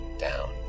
down